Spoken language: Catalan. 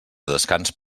descans